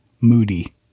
Moody